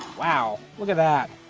wow, look at that,